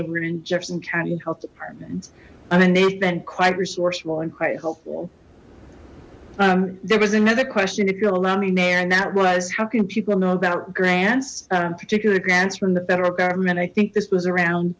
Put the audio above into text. over in jefferson county and health departments i mean they've been quite resourceful and quite helpful there was another question if you'll allow me there and that was how can people know about grants particular grants from the federal government i think this was around